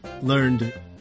learned